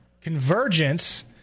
Convergence